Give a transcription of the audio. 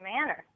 manner